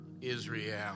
Israel